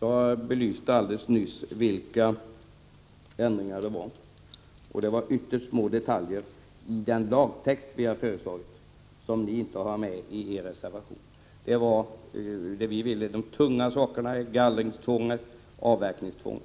Jag har alldeles nyss belyst vilka ändringar det är fråga om, och det är ytterst små detaljer i den lagtext som vi har föreslagit men som ni inte har med i er text — det gäller tunga saker som gallringstvång och avverkningstvång.